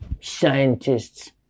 scientists